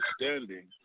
understanding